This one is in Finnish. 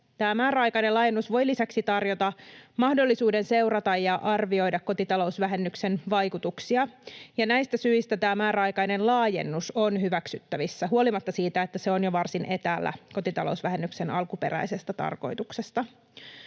määräaikainen laajennus voi lisäksi tarjota mahdollisuuden seurata ja arvioida kotitalousvähennyksen vaikutuksia, ja näistä syistä tämä määräaikainen laajennus on hyväksyttävissä huolimatta siitä, että se on jo varsin etäällä kotitalousvähennyksen alkuperäisestä tarkoituksesta.